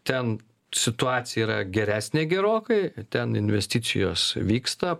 ten situacija yra geresnė gerokai ten investicijos vyksta